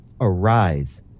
arise